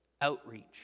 outreach